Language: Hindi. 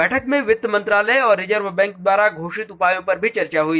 बैठक में वित्त मंत्रालय और रिजर्व बैंक द्वारा घोषित उपायों पर चर्चा हुई